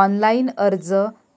online अर्ज